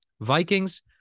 Vikings